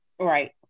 right